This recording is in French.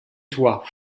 toi